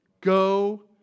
go